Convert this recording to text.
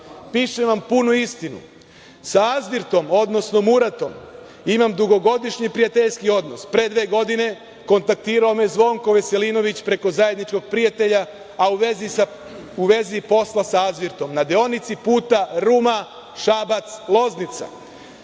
Pišem vam punu istinu. Sa „Azvirtom“, odnosno Muratom, imam dugogodišnji prijateljski odnos. Pre dve godine kontaktirao me je Zvonko Veselinović preko zajedničkog prijatelja, a u vezi posla sa „Azvirtom“, na deonici puta Ruma – Šabac – Loznica.